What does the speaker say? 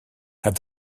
had